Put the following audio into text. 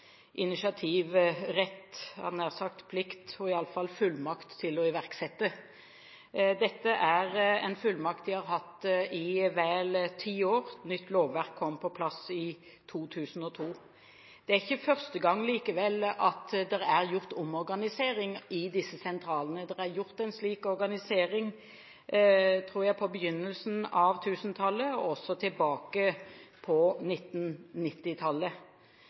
initiativrett, jeg hadde nær sagt plikt – og iallfall fullmakt – til å iverksette. Dette er en fullmakt det har hatt i vel ti år – nytt lovverk kom på plass i 2002. Det er likevel ikke første gang at det er gjort omorganisering i disse sentralene. Det er gjort, tror jeg, på begynnelsen av 2000-tallet, og også tilbake på